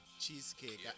cheesecake